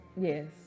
Yes